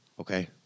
okay